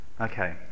Okay